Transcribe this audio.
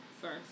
first